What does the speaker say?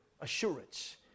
assurance